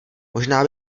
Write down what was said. možná